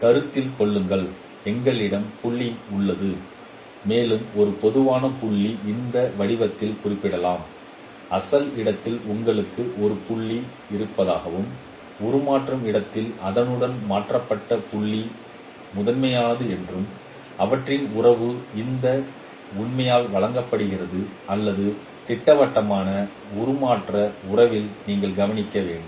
கருத்தில் கொள்ளுங்கள் எங்களிடம் புள்ளி உள்ளன மேலும் ஒரு பொதுவான புள்ளி இந்த வடிவத்தில் குறிப்பிடலாம் அசல் இடத்தில் உங்களுக்கு ஒரு புள்ளி இருப்பதாகவும் உருமாறும் இடத்தில் அதனுடன் மாற்றப்பட்ட புள்ளி முதன்மையானது என்றும் அவற்றின் உறவு இந்த உண்மையால் வழங்கப்படுகிறது அல்லது திட்டவட்டமான உருமாற்ற உறவில் நீங்கள் கவனிக்க வேண்டும்